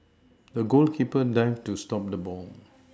the goalkeeper dived to stop the ball